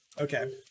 Okay